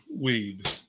weed